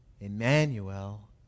Emmanuel